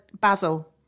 Basil